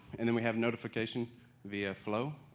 and then we have notification via flow.